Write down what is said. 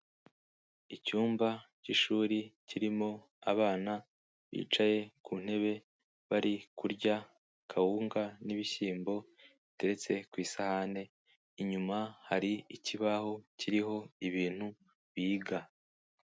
Icyumba cy'ishuri, kirimo abana bicaye ku ntebe, bari kurya kawunga n'ibishyimbo, biteretse ku isahani, inyuma hari ikibaho kiriho ibintu biga.